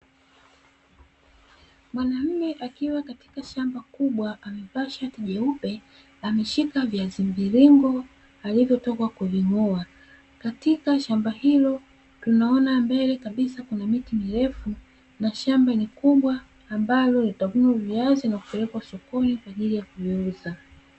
Mwanamume akiwa katika shamba kubwa amevaa shati jeupe ameshika viazi mviringo alivyotoka kuving'oa, katika shamba hilo tunaona mbele kabisa kuna miti mirefu na shamba ni kubwa ambalo litavunwa viazi na kupelekwa sokoni kwa ajili ya viuza.